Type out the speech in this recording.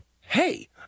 hey